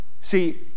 See